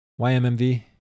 YMMV